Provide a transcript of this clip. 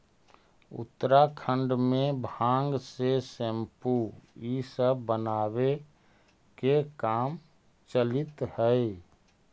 उत्तराखण्ड में भाँग से सेम्पू इ सब बनावे के काम चलित हई